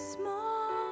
small